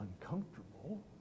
uncomfortable